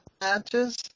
matches